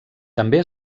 també